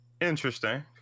Interesting